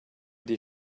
des